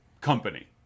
Company